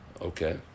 Okay